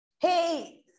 hey